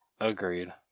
Agreed